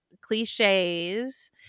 cliches